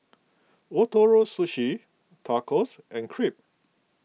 Ootoro Sushi Tacos and Crepe